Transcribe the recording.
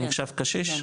אני נחשב קשיש?